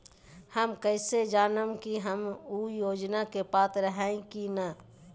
हम कैसे जानब की हम ऊ योजना के पात्र हई की न?